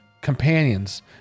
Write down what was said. companions